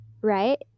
right